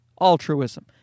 Altruism